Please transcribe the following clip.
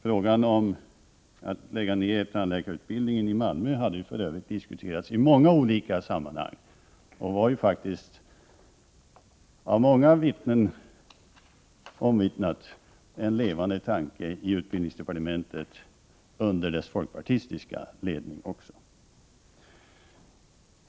Frågan om nedläggning av tandläkarutbildningen i Malmö hade för övrigt diskuterats i många olika sammanhang och var faktiskt — av många omvittnat — en levande tanke i utbildningsdepartementet också under dess folkpartistiska ledning.